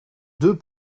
deux